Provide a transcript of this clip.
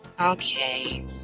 okay